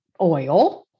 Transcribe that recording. oil